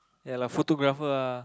ya lah photographer lah